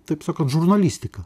taip sakant žurnalistika